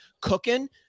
cooking